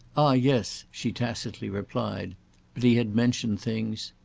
ah yes, she tacitly replied but he had mentioned things!